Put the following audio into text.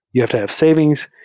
you have to have savings.